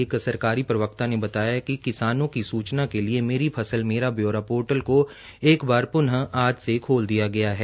एक सरकारी प्रवक्ता ने बताया कि किसानों की सूचना के लिए मेरी फसल मेरा ब्यौरा पोर्टल को एक बार पुनः आज से खोल दिया है